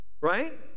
right